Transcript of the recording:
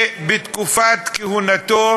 שבתקופת כהונתו